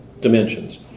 dimensions